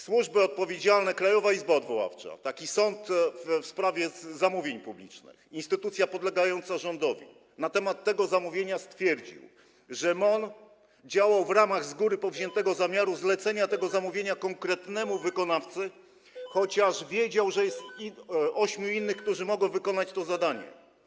Służby odpowiedzialne, Krajowa Izba Odwoławcza, taki sąd w sprawie zamówień publicznych, instytucja podlegająca rządowi na temat tego zamówienia stwierdziła, że MON działał w ramach z góry powziętego zamiaru zlecenia tego zamówienia konkretnemu wykonawcy, chociaż wiedział, że jest ośmiu innych, którzy mogą wykonać to zadanie.